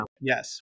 Yes